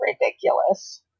ridiculous